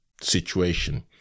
situation